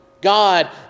God